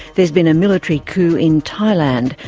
there's been a military coup in thailand,